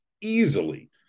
easily